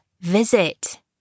visit